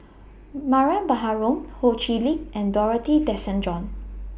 Mariam Baharom Ho Chee Lick and Dorothy Tessensohn